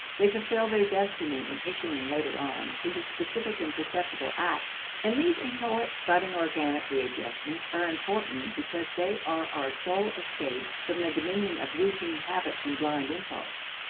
they fulfill their destiny in issuing, later on, into specific and perceptible acts. and these inchoate, budding organic readjustments are important because they are our sole escape from the dominion of routine habits and blind impulse.